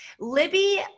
Libby